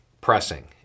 pressing